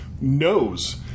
knows